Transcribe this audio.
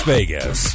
Vegas